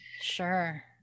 sure